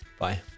Bye